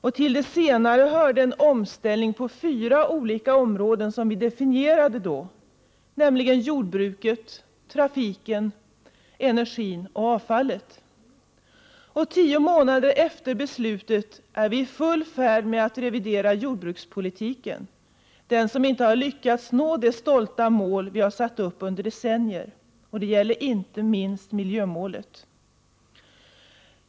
Till de senare hörde en omställning på fyra olika områden, nämligen jordbruket, trafiken, energin och avfallet. Tio månader efter beslutet är vi i full färd med att revidera jordbrukspolitiken, som inte har lyckats nå de stolta mål vi har satt upp under decennier. Detta gäller inte minst miljömålet.